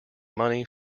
money